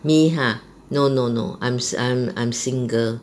me !huh! no no no I'm I'm I'm single